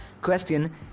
question